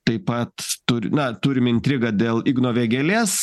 taip pat turi na turim intrigą dėl igno vėgėlės